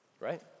right